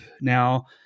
now